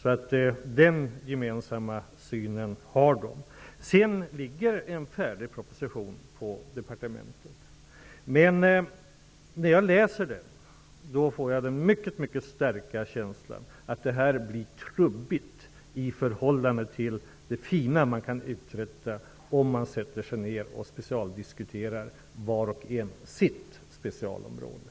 Det är en gemensam syn som man har. Det ligger en färdig proposition på departementet. Men när jag läser den, får jag en mycket stark känsla av att det hela blir trubbigt i förhållande till det fina som man kan uträtta om man sätter sig ned och diskuterar vars och ens specialområde.